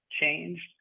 changed